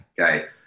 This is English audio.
Okay